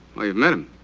well, you've met him?